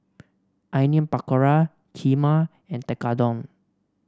Onion Pakora Kheema and Tekkadon